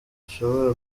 ishobora